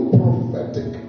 prophetic